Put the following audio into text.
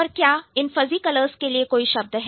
पर क्या इन fuzzy कलर्स के लिए कोई शब्द है